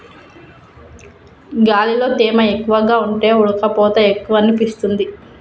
గాలిలో తేమ ఎక్కువగా ఉంటే ఉడుకపోత ఎక్కువనిపిస్తుంది